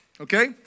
okay